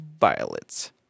violets